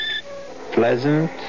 pleasant